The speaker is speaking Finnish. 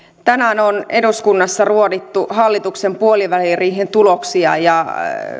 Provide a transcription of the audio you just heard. tänään on eduskunnassa ruodittu hallituksen puoliväliriihen tuloksia ja